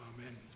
Amen